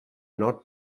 not